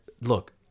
Look